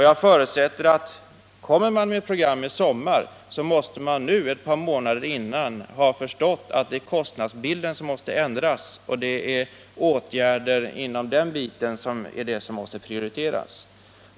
Jag förutsätter att om man kommer med ett sådant program i sommar, så måste man nu, ett par månader tidigare, ha förstått att det är kostnadsbilden som måste ändras. Det är åtgärder inom den delen som måste prioriteras.